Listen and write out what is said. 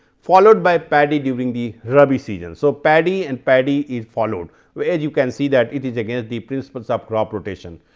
followed by paddy giving the rabi seasons. so, paddy and paddy is followed whereas, you can see that it is against the principles of crop rotation.